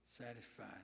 satisfied